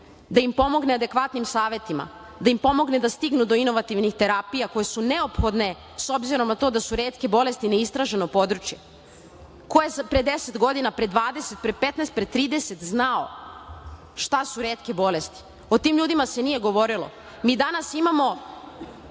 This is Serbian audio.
da im pomogne adekvatnim savetima, da im pomogne da stignu do inovativnih terapija koje su neophodne, s obzirom na to da su retke bolesti neistraženo područje. Ko je pre 10, pre 20, pre 15, pre 30 godina znao šta su retke bolesti? O tim ljudima se nije govorilo. Mi danas imamo